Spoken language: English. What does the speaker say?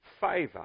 favour